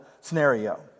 scenario